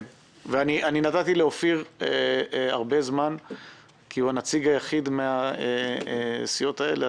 אני נתתי לאופיר הרבה זמן כי הוא הנציג היחיד מהסיעות האלה.